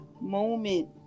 moment